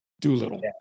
Doolittle